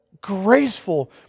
graceful